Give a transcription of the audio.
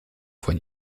von